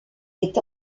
est